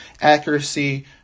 accuracy